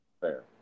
Fair